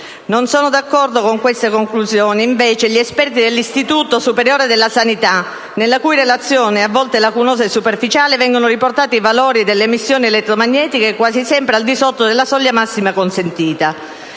Non sono d'accordo con queste conclusioni, invece, gli esperti dell'Istituto superiore di sanità nella cui relazione, a volte lacunosa e superficiale, vengono riportati valori delle emissioni elettromagnetiche quasi sempre al di sotto della soglia massima consentita.